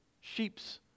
sheep's